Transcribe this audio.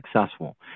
successful